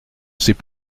c’est